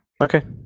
Okay